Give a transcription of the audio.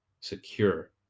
secure